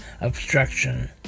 obstruction